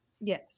Yes